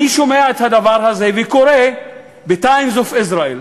אני שומע את הדבר הזה וקורא ב-Times of Israel,